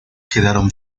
quedaron